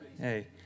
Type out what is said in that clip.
Hey